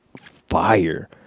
fire